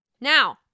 Now